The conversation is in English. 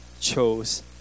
chose